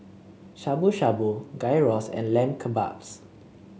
Shabu Shabu Gyros and Lamb Kebabs